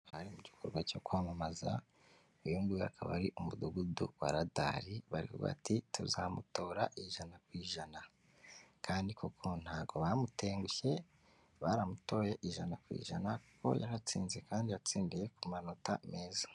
Hari mu gikorwa cyo kwamamaza, uyu nguyu akaba ari Umudugudu wa Radari, bariho bati tuzamutora ijana ku ijana. Kandi koko ntabwo bamutengushye, baramutoye ijana ku ijana, kuko yaratsinze kandi yatsindiye ku manota meza.